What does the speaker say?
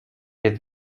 jest